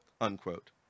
unquote